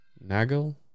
Nagel